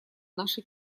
нашей